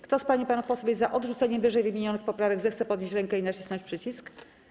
Kto z pań i panów posłów jest za odrzuceniem ww. poprawek, zechce podnieść rękę i nacisnąć przycisk.